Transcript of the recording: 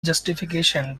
justification